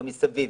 במסביב